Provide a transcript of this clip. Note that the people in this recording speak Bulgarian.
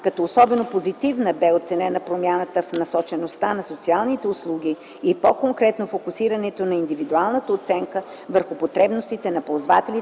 като особено позитивна бе оценена промяната в насочеността на социалните услуги и по конкретно фокусирането на индивидуалната оценка върху потребностите на ползвателите